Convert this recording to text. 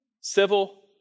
civil